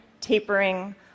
tapering